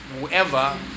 whoever